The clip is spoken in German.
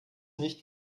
nicht